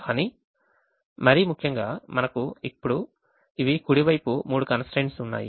కానీ మరీ ముఖ్యంగా మనకు ఇప్పుడు ఇవి కుడి వైపు మూడు కన్స్ ట్రైన్ట్స్ ఉన్నాయి